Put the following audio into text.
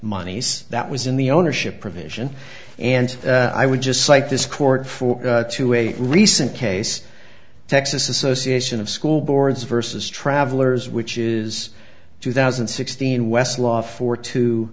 monies that was in the ownership provision and i would just like this court for to a recent case texas association of school boards versus travelers which is two thousand and sixteen westlaw four to